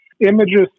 Images